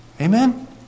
Amen